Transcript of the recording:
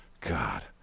God